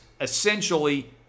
Essentially